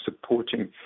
supporting